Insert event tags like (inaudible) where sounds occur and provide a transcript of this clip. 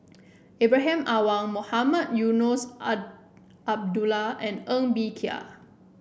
Ibrahim Awang Mohamed Eunos (unintelligible) Abdullah and Ng Bee Kia